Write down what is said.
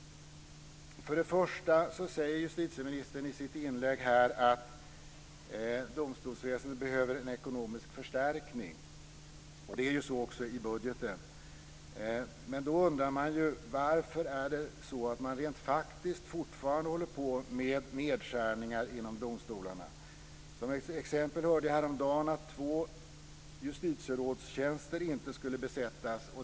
Först och främst säger justitieministern i sitt inlägg att domstolsväsendet behöver en ekonomisk förstärkning. Det finns också med i budgeten. Varför håller man då fortfarande på med nedskärningar inom domstolarna? Jag hörde t.ex. häromdagen att två justitierådstjänster inte skulle besättas.